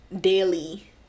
daily